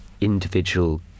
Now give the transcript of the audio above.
individual